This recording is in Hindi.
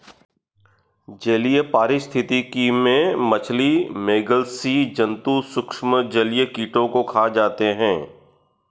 जलीय पारिस्थितिकी में मछली, मेधल स्सि जन्तु सूक्ष्म जलीय कीटों को खा जाते हैं